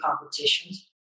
competitions